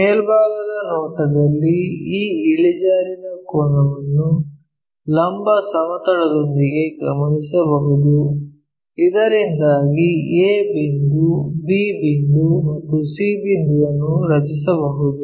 ಮೇಲ್ಭಾಗದ ನೋಟದಲ್ಲಿ ಈ ಇಳಿಜಾರಿನ ಕೋನವನ್ನು ಲಂಬ ಸಮತಲದೊಂದಿಗೆ ಗಮನಿಸಬಹುದು ಇದರಿಂದಾಗಿ a ಬಿಂದು b ಬಿಂದು ಮತ್ತು c ಬಿಂದುವನ್ನು ರಚಿಸಬಹುದು